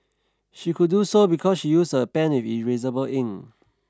she could do so because she used a pen with erasable ink